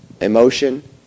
emotion